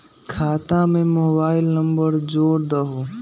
खाता में mobile number जोड़ दहु?